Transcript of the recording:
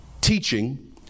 teaching